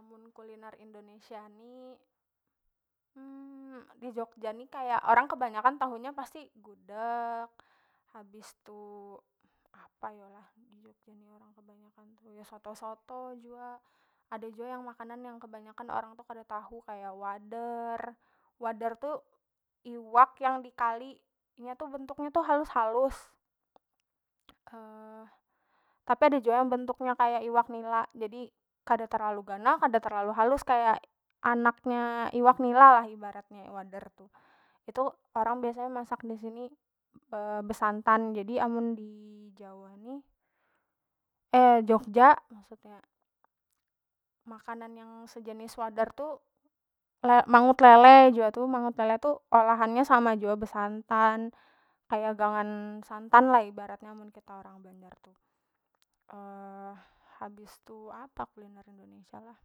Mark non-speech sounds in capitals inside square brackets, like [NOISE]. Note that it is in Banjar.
Amun kuliner indonesia ni [HESITATION] di jogja ni kaya orang kebanyakan tahu nya pasti gudek habis tu apa yo lah di jogja ni orang kebanyakan tu ya soto- soto jua ada jua yang makanan yang kebanyakan orang tu kada tahu kaya wader- wader tu iwak yang di kali inya tu bentuk nya tu halus- halus [HESITATION] tapi ada jua bentuknya kaya iwak nila jadi kada terlalu ganal kada terlalu halus kaya anaknya iwak nila lah ibaratnya wader tu itu orang biasanya masak disini besantan jadi amun di jawa ni [HESITATION] jogja maksudnya makanan yang sejenis wader tu le mangut lele jua tu mangut lele tu olahannya sama jua besantan kaya gangan santan lah ibaratnya kita orang banjar tu [HESITATION] habis tu apa kuliner indonesia lah.